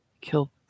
kill